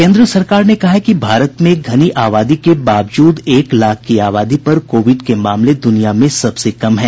केन्द्र सरकार ने कहा है कि भारत में घनी आबादी के बावजूद एक लाख की आबादी पर कोविड के मामले दुनिया में सबसे कम हैं